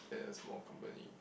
than a small company